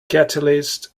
catalysts